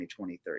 2023